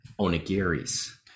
Onigiri's